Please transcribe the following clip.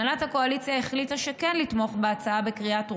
הנהלת הקואליציה החליטה כן לתמוך בהצעה בקריאה טרומית,